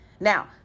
Now